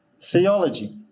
theology